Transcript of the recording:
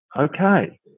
okay